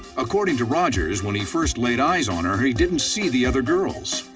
according to rogers, when he first laid eyes on her, he didn't see the other girls.